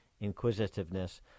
inquisitiveness